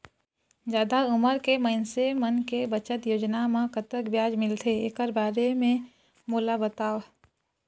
जादा उमर के मइनसे मन के बचत योजना म कतक ब्याज मिलथे एकर बारे म मोला बताव?